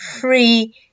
free